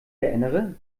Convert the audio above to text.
erinnere